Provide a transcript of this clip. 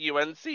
UNC